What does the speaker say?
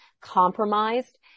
compromised